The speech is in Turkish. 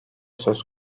söz